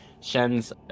Shen's